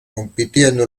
compitiendo